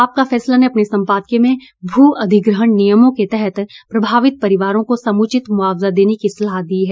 आपका फैसला ने अपने सम्पादकीय में भू अधिग्रहण नियमों के तहत प्रभावित परिवारों को समुचित मुआवजा देने की सलाह दी है